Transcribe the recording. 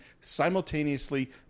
simultaneously